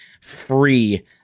free